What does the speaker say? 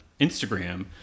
Instagram